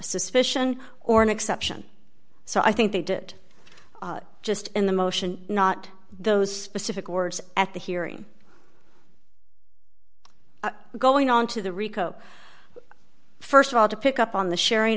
suspicion or an exception so i think they did just in the motion not those specific words at the hearing going on to the rico st of all to pick up on the sharing